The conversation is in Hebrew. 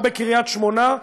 או בקריית-שמונה,